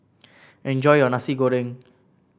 enjoy your Nasi Goreng